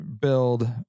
build